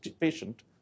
patient